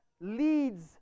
leads